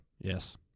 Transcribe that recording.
Yes